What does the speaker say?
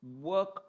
work